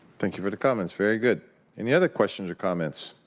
thank you for the comments. very good any other questions or comments?